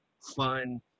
fun